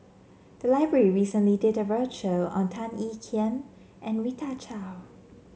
the library recently did a roadshow on Tan Ean Kiam and Rita Chao